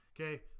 okay